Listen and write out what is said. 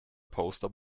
poster